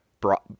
brought